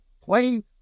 play